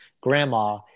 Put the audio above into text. grandma